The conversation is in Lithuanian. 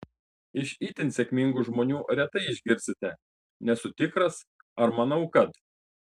iš itin sėkmingų žmonių retai išgirsite nesu tikras ar manau kad